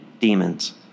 demons